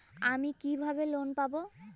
আমি কিভাবে লোন পাব?